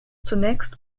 zunächst